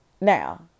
now